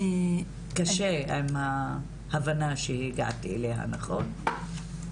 קשה עם ההבנה שהגעתי אליה, נכון?